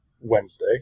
Wednesday